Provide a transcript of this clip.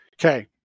Okay